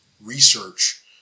research